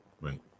right